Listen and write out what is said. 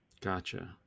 Gotcha